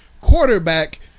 quarterback